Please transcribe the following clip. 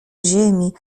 ziemi